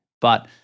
But-